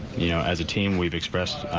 you know as a team we've as